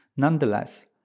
Nonetheless